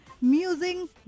Musing